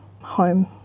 home